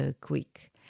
quick